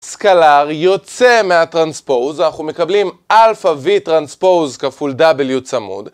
סקלר יוצא מהטרנספוז, אנחנו מקבלים Alpha V Transpose כפול W צמוד.